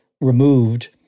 removed